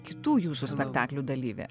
kitų jūsų spektaklių dalyvė